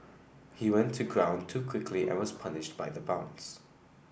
he went to ground too quickly and was punished by the bounce